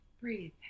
breathe